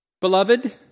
Beloved